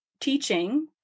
teaching